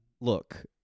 look